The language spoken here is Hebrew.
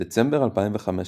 בדצמבר 2015,